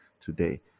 today